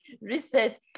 reset